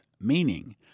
meaning